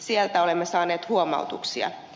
sieltä olemme saaneet huomautuksia